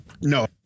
No